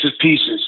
pieces